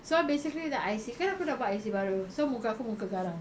so basically the I_C kan aku dapat I_C baru so muka aku muka garang